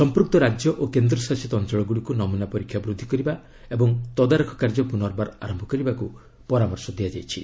ସମ୍ପୃକ୍ତ ରାଜ୍ୟ ଓ କେନ୍ଦ୍ରଶାସିତ ଅଞ୍ଚଳଗୁଡ଼ିକୁ ନମୁନା ପରୀକ୍ଷା ବୃଦ୍ଧି କରିବା ଏବଂ ତଦାରଖ କାର୍ଯ୍ୟ ପୁନର୍ବାର ଆରମ୍ଭ କରିବାକୁ ପରାମର୍ଶ ଦିଆଯାଇଛି